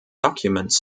documents